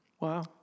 wow